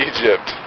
Egypt